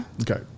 Okay